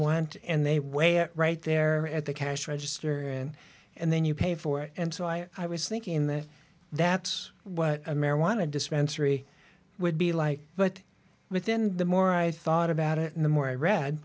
want and they weigh it right there at the cash register in and then you pay for it and so i was thinking that that's what a marijuana dispensary would be like but within the more i thought about it the more i read